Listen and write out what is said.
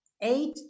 eight